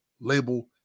label